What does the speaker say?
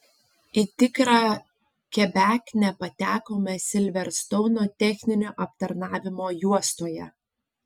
į tikrą kebeknę patekome silverstouno techninio aptarnavimo juostoje